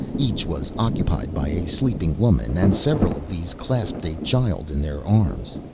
each was occupied by a sleeping woman and several of these clasped a child in their arms.